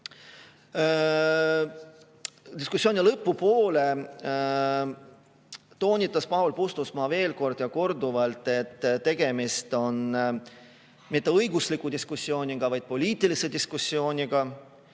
Diskussiooni lõpu poole toonitas Paul Puustusmaa veel korduvalt, et tegemist pole mitte õigusliku diskussiooniga, vaid poliitilise diskussiooniga.